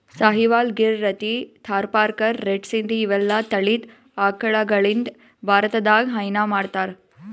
Sahiwal, Gir, Rathi, Tharparkar, red Sindhi ಇವೆಲ್ಲಾ ತಳಿದ್ ಆಕಳಗಳಿಂದ್ ಭಾರತದಾಗ್ ಹೈನಾ ಮಾಡ್ತಾರ್